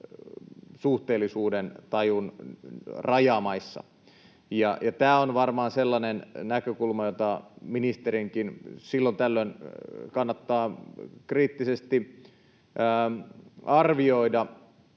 suhteellisuudentajun rajamaissa. Tämä on varmaan sellainen näkökulma, jota ministerienkin silloin tällöin kannattaa kriittisesti arvioida,